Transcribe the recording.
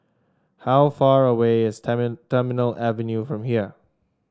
how far away is Terminal Avenue from here